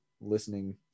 listening